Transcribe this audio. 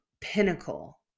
pinnacle